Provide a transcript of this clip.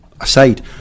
aside